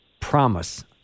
promise